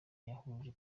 yahuje